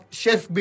chef